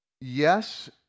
Yes